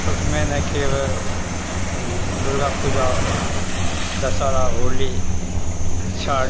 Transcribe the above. उसमें न केवल दुर्गा पूजा दशहरा होली छठ